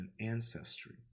ancestry